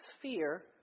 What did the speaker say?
fear